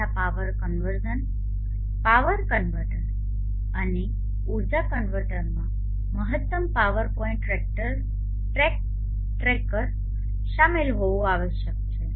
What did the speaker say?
બધા power conversion power converter અને ઉર્જા કન્વર્ટરમાં મહત્તમ પાવર પોઇન્ટ ટ્રેકર શામેલ હોવું આવશ્યક છે